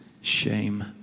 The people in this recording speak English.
shame